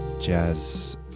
jazz